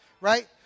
right